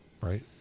right